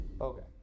Okay